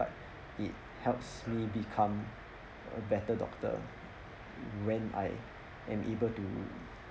but it helps me become a better doctor when I am able to